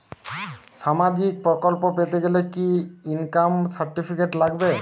সামাজীক প্রকল্প পেতে গেলে কি ইনকাম সার্টিফিকেট লাগবে?